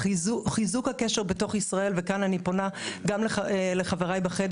חיזוק הקשר בתוך ישראל וכאן אני פונה גם לחבריי בחדר